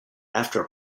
after